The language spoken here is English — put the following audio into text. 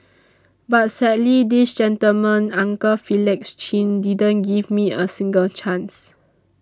but sadly this gentleman uncle Felix Chin didn't give me a single chance